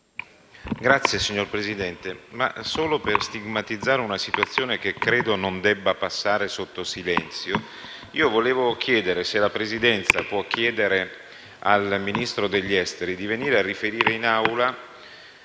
*(CoR)*. Signor Presidente, vorrei stigmatizzare una situazione che credo non debba passare sotto silenzio. Volevo sapere se la Presidenza può chiedere al Ministro degli affari esteri di venire a riferire in Aula